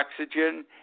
oxygen